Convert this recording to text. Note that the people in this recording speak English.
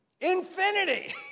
Infinity